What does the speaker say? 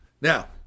Now